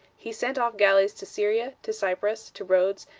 he sent off galleys to syria, to cyprus, to rhodes,